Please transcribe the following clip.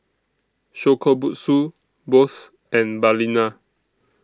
Shokubutsu Bose and Balina